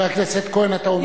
חבר הכנסת כהן, אתה עומד עם הגב.